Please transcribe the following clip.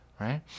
right